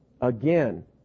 again